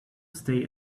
stay